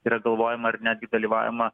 yra galvojama ar netgi dalyvaujama